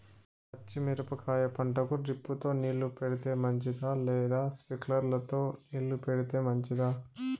పచ్చి మిరపకాయ పంటకు డ్రిప్ తో నీళ్లు పెడితే మంచిదా లేదా స్ప్రింక్లర్లు తో నీళ్లు పెడితే మంచిదా?